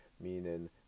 meaning